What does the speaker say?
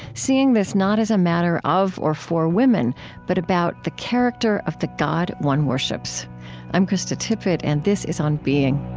seeing this not as a matter of or for women but about the character of the god one worships i'm krista tippett and this is on being